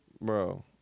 bro